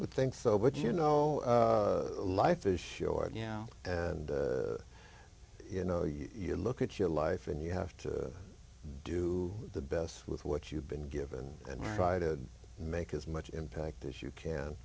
would think so but you know life is short yeah and you know you look at your life and you have to do the best with what you've been given and try to make as much impact as you can